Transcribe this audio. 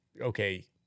Okay